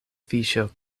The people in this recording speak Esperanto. fiŝo